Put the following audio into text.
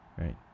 right